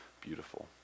beautiful